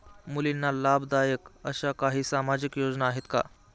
मुलींना लाभदायक अशा काही सामाजिक योजना आहेत का?